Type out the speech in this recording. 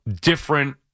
different